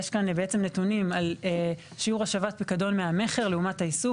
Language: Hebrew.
יש כאן בעצם נתונים על שיעור השבת פיקדון מהמכר לעומת האיסוף,